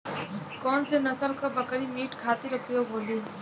कौन से नसल क बकरी मीट खातिर उपयोग होली?